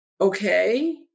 okay